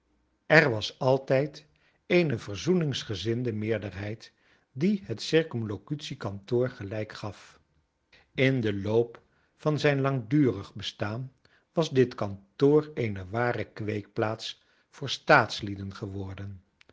er was altijd eene verzoeningsgezinde meerderheid die het c k gelijk gaf in den loop van zijn langdurig bestaan was dit kantoor eene ware kweekplaats voor staatslieden geworden